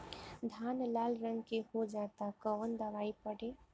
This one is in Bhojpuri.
धान लाल रंग के हो जाता कवन दवाई पढ़े?